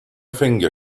finger